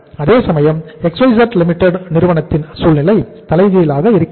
அதே சமயம் XYZ Limited நிறுவனத்தின் சூழ்நிலை தலைகீழாக இருக்கிறது